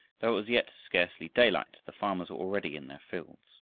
though it was yet scarcely daylight, the farmers were already in their fields.